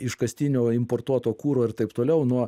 iškastinio importuoto kuro ir taip toliau nuo